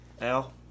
Al